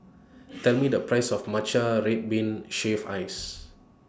Tell Me The Price of Matcha Red Bean Shaved Ice